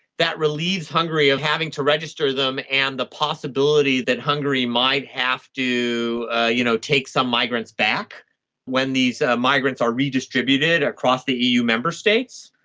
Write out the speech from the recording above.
that relieves hungary of having to register them and the possibility that hungary might have to ah you know take some migrants back when these migrants are redistributed across the eu member states.